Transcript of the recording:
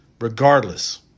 Regardless